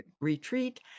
Retreat